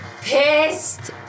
Pissed